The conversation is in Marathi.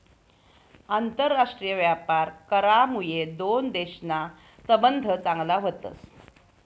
आंतरराष्ट्रीय व्यापार करामुये दोन देशसना संबंध चांगला व्हतस